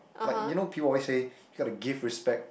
like you know people always say you gotta give respect